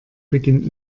beginnt